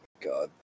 God